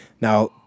now